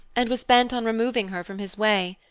and was bent on removing her from his way.